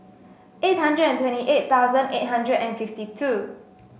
eight hundred twenty eight thousand eight hundred and fifty two